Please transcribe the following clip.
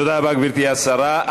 תודה רבה, גברתי השרה.